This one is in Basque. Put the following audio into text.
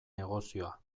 negozioa